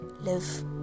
Live